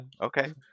okay